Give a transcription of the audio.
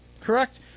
correct